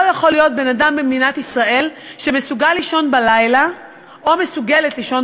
לא יכול להיות בן-אדם במדינת ישראל שמסוגל לישון בלילה או מסוגלת לישון